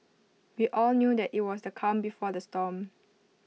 we all knew that IT was the calm before the storm